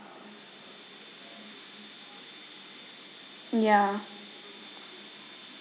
ya